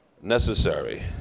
necessary